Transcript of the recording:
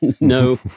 No